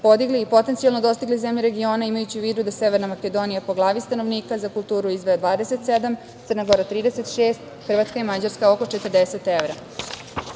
podigli i potencijalno dostigli zemlje regiona, imajući u vidu da Severan Makedonija po glavi stanovnika za kulturu izdvaja 27, Crna Gora 36, Hrvatska i Mađarska oko 40